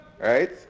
right